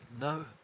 No